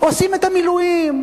עושים את המילואים.